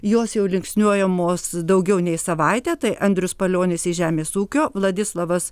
jos jau linksniuojamos daugiau nei savaitę tai andrius palionis į žemės ūkio vladislavas